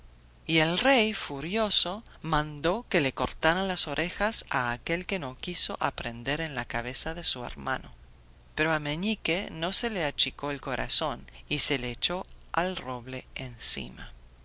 y el rey furioso mandó que le cortaran las orejas a aquel que no quiso aprender en la cabeza de su hermano pero a meñique no se le achicó el corazón y se le echó al roble encima